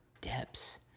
Depths